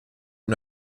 und